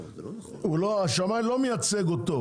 השמאי לא מייצג אותו,